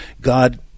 God